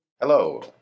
Hello